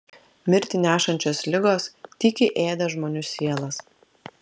mirtį nešančios ligos tykiai ėda žmonių sielas